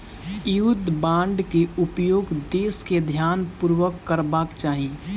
युद्ध बांड के उपयोग देस के ध्यानपूर्वक करबाक चाही